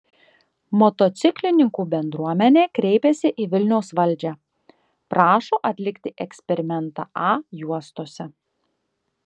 motociklininkų bendruomenė kreipėsi į vilniaus valdžią prašo atlikti eksperimentą a juostose